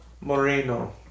Moreno